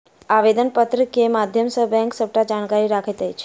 आवेदन पत्र के माध्यम सॅ बैंक सबटा जानकारी रखैत अछि